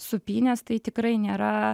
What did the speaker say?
sūpynes tai tikrai nėra